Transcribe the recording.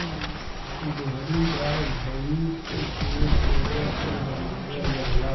गोहरी गाय भइस के गोबर से बनावल जाला